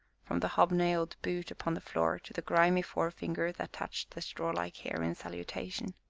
from the hobnailed boot upon the floor to the grimy forefinger that touched the strawlike hair in salutation.